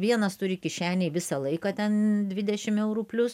vienas turi kišenėj visą laiką ten dvidešim eurų plius